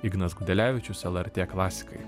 ignas gudelevičius lrt klasikai